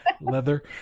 leather